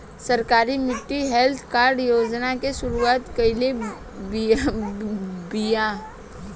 सरकार मिट्टी health card योजना के शुरूआत काइले बिआ